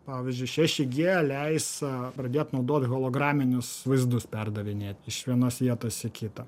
pavyzdžiui šeši gie leis pradėt naudot holograminius vaizdus perdavinėt iš vienos vietos į kitą